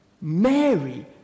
Mary